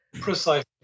precisely